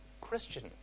Christian